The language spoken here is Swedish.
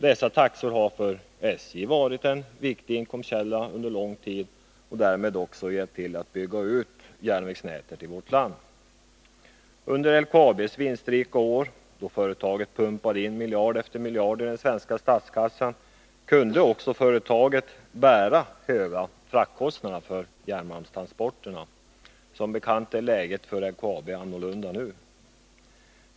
Dessa taxor har för SJ varit en viktig inkomstkälla under lång tid och därmed hjälpt till att bygga ut järnvägsnätet i vårt land. Under LKAB:s vinstrika år, då företaget pumpade in miljard efter miljard i den svenska statskassan, kunde också företaget bära höga fraktkostnader för järnmalmstransporterna. Som bekant är läget för LKAB annorlunda nu.